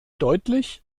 deutlich